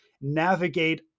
navigate